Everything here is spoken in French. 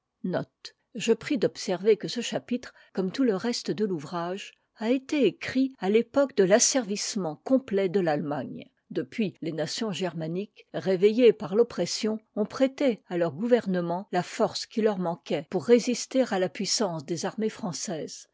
d'observer que ce chapitre comme tout le reste de l'ouvrage a été écrit a l'époque de l'asservissement complet de l'allemagne depuis les nations germaniques réveilses par l'oppression ont prête à leurs gouvernements a force qui leur manquait pour résister à la puissance des armées françaises